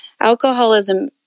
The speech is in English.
Alcoholism